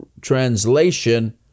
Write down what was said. translation